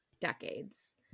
decades